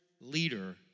leader